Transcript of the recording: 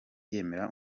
yemera